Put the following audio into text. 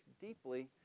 deeply